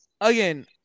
Again